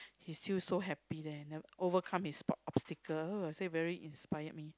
he still so happy leh never overcome his obstacle I say very inspired me